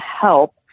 help